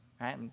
right